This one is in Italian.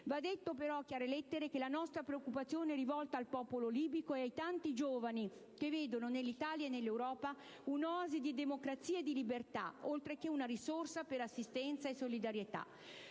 Va detto, però a chiare lettere che la nostra preoccupazione è rivolta al popolo libico e ai tanti giovani che vedono nell'Italia e nell'Europa un'oasi di democrazia e di libertà, oltre che una risorsa per assistenza e solidarietà.